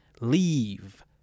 leave